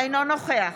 אינו נוכח